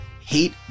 hate